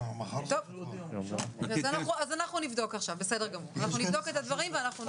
אנחנו נבדוק את הדברים ואנחנו נודיע.